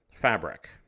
fabric